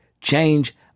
Change